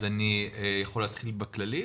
אני יכול להתחיל בכללי,